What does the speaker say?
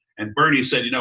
and bernie said, you know